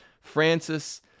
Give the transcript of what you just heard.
Francis